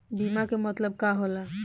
बीमा के मतलब का होला?